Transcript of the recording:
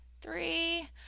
three